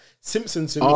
simpsons